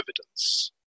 evidence